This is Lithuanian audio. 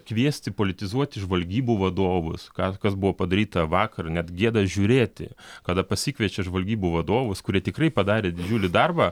kviesti politizuoti žvalgybų vadovus ką kas buvo padaryta vakar net gėda žiūrėti kada pasikviečia žvalgybų vadovus kurie tikrai padarė didžiulį darbą